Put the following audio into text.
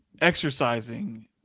exercising